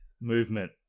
movement